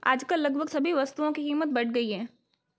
आजकल लगभग सभी वस्तुओं की कीमत बढ़ गई है